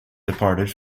departed